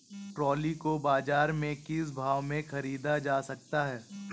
Trolley को बाजार से किस भाव में ख़रीदा जा सकता है?